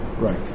Right